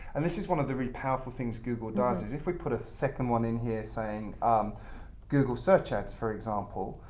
and this is one of the three powerful things google does is if we put a second one in here saying um google search ads, for example,